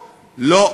לא.